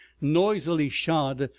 noisily shod,